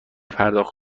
پرداخت